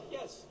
Yes